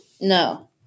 No